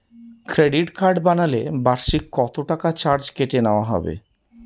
Credit card বানালে বার্ষিক কত টাকা চার্জ কেটে নেওয়া হবে?